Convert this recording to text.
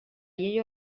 llei